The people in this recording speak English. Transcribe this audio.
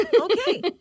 Okay